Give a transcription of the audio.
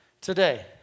today